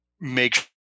make